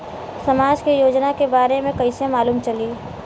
समाज के योजना के बारे में कैसे मालूम चली?